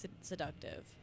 seductive